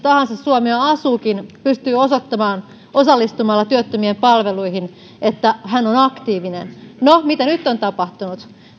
päin tahansa suomea asuukin pystyy osoittamaan osallistumalla työttömien palveluihin että hän on aktiivinen no mitä nyt on tapahtunut